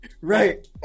Right